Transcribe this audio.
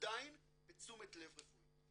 עדיין בתשומת לב רפואית.